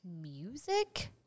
music